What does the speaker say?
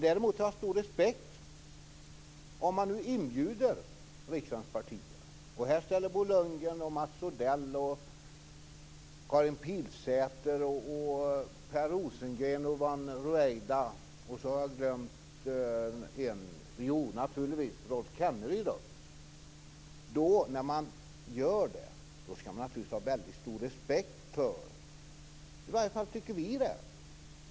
Däremot hyser jag en stor respekt för en inbjudan till riksdagens partier som accepterats av Bo Lundgren, Mats Odell, Karin Pilsäter, Per Rosengren, Yvonne Ruwaida och Rolf Kenneryd. I varje fall tycker vi att man skall ha stor respekt för detta.